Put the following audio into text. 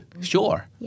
sure